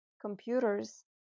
computers